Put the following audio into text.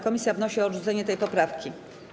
Komisja wnosi o odrzucenie tej poprawki.